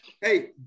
Hey